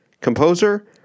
composer